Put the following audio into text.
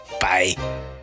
Bye